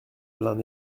l’un